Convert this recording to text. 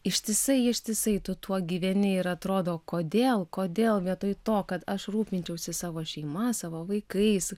ištisai ištisai tu tuo gyveni ir atrodo kodėl kodėl vietoj to kad aš rūpinčiausi savo šeima savo vaikais